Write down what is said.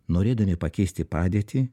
norėdami pakeisti padėtį